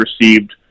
received